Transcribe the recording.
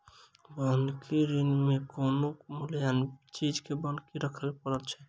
बन्हकी ऋण मे कोनो मूल्यबान चीज के बन्हकी राखय पड़ैत छै